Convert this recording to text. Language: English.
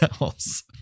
else